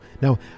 Now